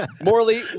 Morley